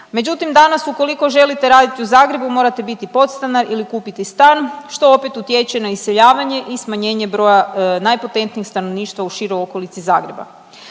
Međutim, danas ukoliko želite raditi u Zagrebu, morate biti podstanar ili kupiti stan, što opet utječe na iseljavanje i smanjenje broja najpotentnijih stanovništva u široj okolici Zagreba.